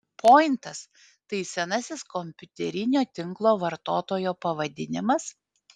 pointas tai senasis kompiuterinio tinklo vartotojo pavadinimas